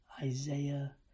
Isaiah